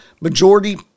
majority